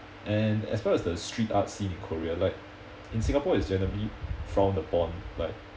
and as far as the street art scene in korea like in singapore is generally frowned upon like